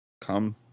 come